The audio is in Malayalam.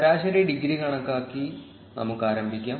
ശരാശരി ഡിഗ്രി കണക്കാക്കി നമുക്ക് ആരംഭിക്കാം